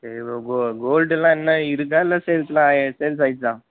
சரி ப்ரோ கோ கோல்டெல்லாம் என்னா இருக்குதா இல்லை சேல்ஸ்லாம் ஆகி சேல்ஸ் ஆகிருச்சா